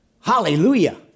Hallelujah